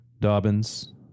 Dobbins